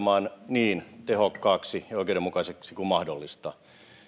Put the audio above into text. niin tehokkaaksi ja oikeudenmukaiseksi kuin mahdollista